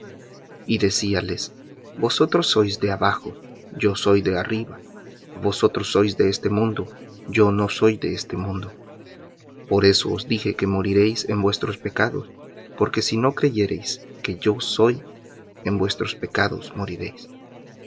y decíales vosotros sois de abajo yo soy de arriba vosotros sois de este mundo yo no soy de este mundo por eso os dije que moriréis en vuestros pecados porque si no creyereis que yo soy en vuestros pecados moriréis